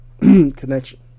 connection